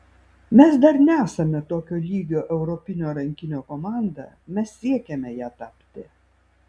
mes dar nesame tokio lygio europinio rankinio komanda mes siekiame ja tapti